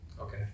Okay